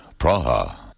Praha